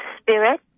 spirit